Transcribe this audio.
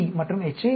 D மற்றும் H